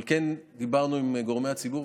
אבל כן דיברנו עם גורמי הציבור,